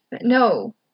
No